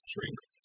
Strength